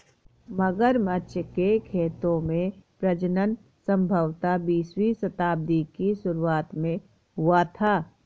मगरमच्छ के खेतों में प्रजनन संभवतः बीसवीं शताब्दी की शुरुआत में शुरू हुआ था